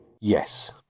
Yes